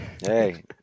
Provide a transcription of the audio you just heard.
Hey